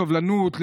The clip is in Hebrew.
סובלנות,